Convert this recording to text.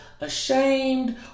ashamed